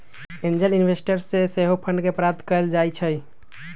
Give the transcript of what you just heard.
angel investors से सेहो fund के प्राप्त कएल जाइ छइ